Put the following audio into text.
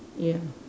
ya